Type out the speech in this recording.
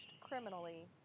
criminally